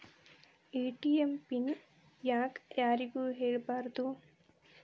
ATM PIN ಯಾಕ್ ಯಾರಿಗೂ ಹೇಳಬಾರದು?